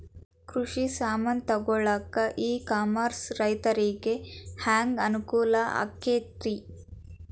ಕೃಷಿ ಸಾಮಾನ್ ತಗೊಳಕ್ಕ ಇ ಕಾಮರ್ಸ್ ರೈತರಿಗೆ ಹ್ಯಾಂಗ್ ಅನುಕೂಲ ಆಕ್ಕೈತ್ರಿ?